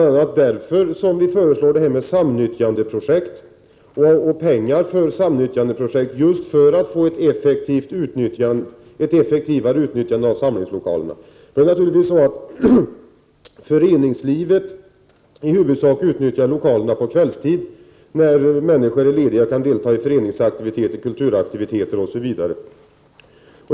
Vi i centern föreslår bl.a. att pengar skall utgå till samnyttjandeprojekt för att man skall få ett effektivare utnyttjande av samlingslokalerna. Föreningslivet utnyttjar samlingslokalerna i huvudsak på kvällarna när människor är lediga och kan delta i föreningsaktiviteter, kulturaktiviteter, osv.